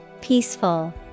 Peaceful